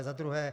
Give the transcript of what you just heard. Za druhé.